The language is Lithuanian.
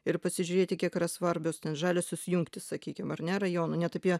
ir pasižiūrėti kiek yra svarbios žaliosios jungtys sakykime ar ne rajonų net apie